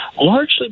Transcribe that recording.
largely